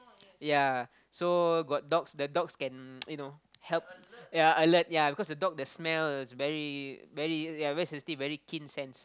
yea so got dogs the dogs can you know help yea alert yea because the dog the smell very very yea very sensitive very keen sense